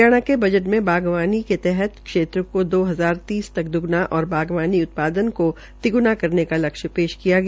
हरियाणा के बजट मे बागवानी के तहत क्षेत्रों को दो हजार तीस तक द्गना और बागवानी उत्पादन को तिग्रणा करने का लक्ष्य पेश किया गया